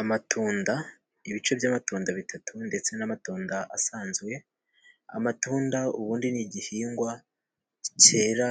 Amatunda ibice by'amatunda bitatu ndetse n'amatunda asanzwe, amatunda ubundi ni igihingwa cyera